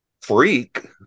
freak